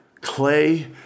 Clay